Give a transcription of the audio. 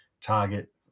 target